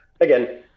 again